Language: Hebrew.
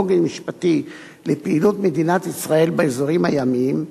עוגן משפטי לפעילות מדינת ישראל באזורים הימיים,